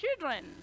children